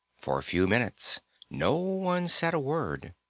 for a few minutes no one said a word.